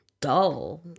dull